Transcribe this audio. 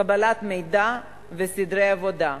קבלת מידע וסדרי עבודה.